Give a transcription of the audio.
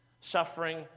Suffering